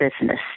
business